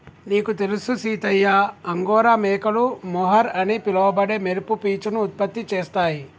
నీకు తెలుసు సీతయ్య అంగోరా మేకలు మొహర్ అని పిలవబడే మెరుపు పీచును ఉత్పత్తి చేస్తాయి